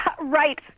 right